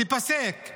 תיפסק?